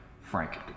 Frank